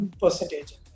percentage